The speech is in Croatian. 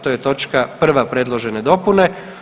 To je točka 1. predložene dopune.